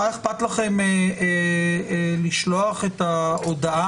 מה אכפת לכם לשלוח את ההודעה,